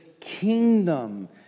kingdom